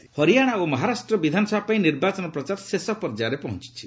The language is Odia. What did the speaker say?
କ୍ୟାମ୍ପେନିଂ ହରିୟାଣା ଓ ମହାରାଷ୍ଟ୍ର ବିଧାନସଭା ପାଇଁ ନିର୍ବାଚନ ପ୍ରଚାର ଶେଷ ପର୍ଯ୍ୟାୟରେ ପହଞ୍ଚିଛି